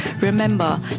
remember